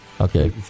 Okay